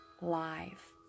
life